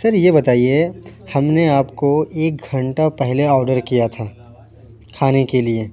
سر یہ بتائیے ہم نے آپ کو ایک گھنٹہ پہلے آڈر کیا تھا کھانے کے لیے